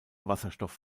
wasserstoff